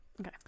Okay